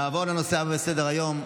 נעבור לנושא הבא בסדר-היום: